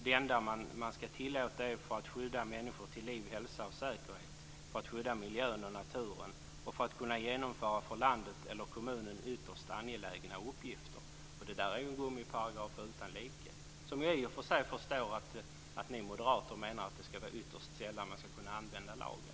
De enda fall där man skall tillåta detta är för att skydda människor till liv, hälsa och säkerhet, för att skydda miljön och naturen och för att kunna genomföra för landet eller kommunen ytterst angelägna uppgifter. Det där är ju en gummiparagraf utan like. Jag förstår i och för sig att ni moderater menar att det skall vara ytterst sällan som man skall kunna utnyttja lagen.